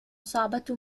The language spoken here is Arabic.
صعبة